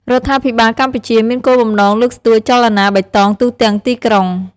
រដ្ឋាភិបាលកម្ពុជាមានគោលបំណងលើកស្ទួយចលនាបៃតងទូទាំងទីក្រុង។